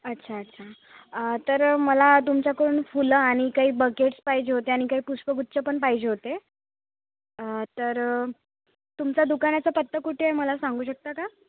अच्छा अच्छा तर मला तुमच्याकडून फुलं आणि काही बकेट्स पाहिजे होते आणि काही पुष्पगुच्छ पण पाहिजे होते तर तुमचा दुकानाचा पत्ता कुठे आहे मला सांगू शकता का